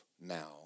now